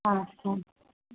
हा हा